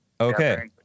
Okay